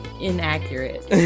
inaccurate